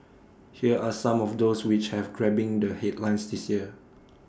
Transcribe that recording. here are some of those which have grabbing the headlines this year